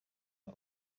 uyu